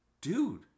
dude